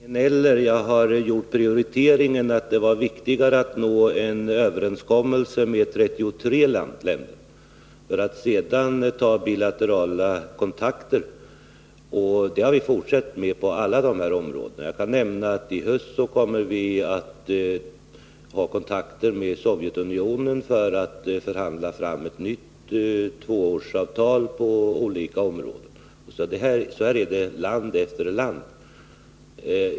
Herr talman! Jag har inte sagt att det gällde antingen-eller. Jag har gjort prioriteringen att det var viktigare att nå en överenskommelse med 33 länder, för att sedan ta bilaterala kontakter. Det har vi fortsatt med på alla dessa områden. Jag kan nämna att vi i höst kommer att ha kontakter med Sovjetunionen för att förhandla fram ett nytt tvåårsavtal på olika områden. Så kommer det att bli land efter land.